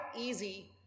easy